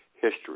history